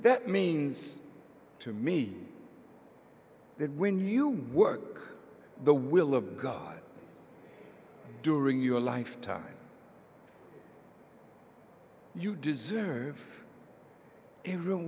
that means to me that when you work the will of god during your lifetime you deserve